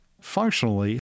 functionally